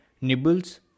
nibbles